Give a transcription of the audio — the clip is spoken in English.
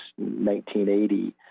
1980